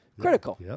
Critical